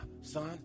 son